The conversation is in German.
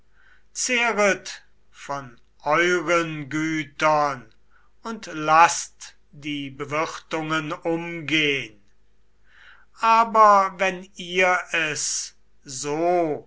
von euren gütern und laßt die bewirtungen umgehn aber wenn ihr es so